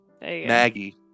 Maggie